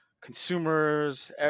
consumers